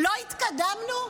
לא התקדמנו?